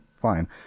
fine